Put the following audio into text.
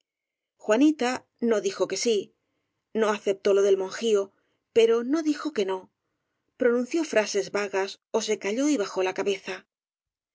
juanita no dijo que sí no aceptó lo del monjío pero no dijo que no pronunció frases vagas ó se calló y bajó la cabeza